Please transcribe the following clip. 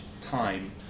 time